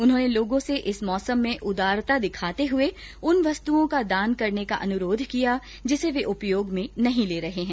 उन्होंने लोगों से इस मौसम में उदारता दिखाते हुए उन वस्तुओं का दान करने का अनुरोध किया जिसे वे उपयोग में नहीं ले रहे हैं